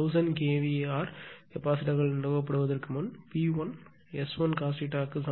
1000 kVAr capacitor கள் நிறுவப்படுவதற்கு முன் P1 S1 cos θ க்கு சமம்